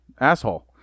asshole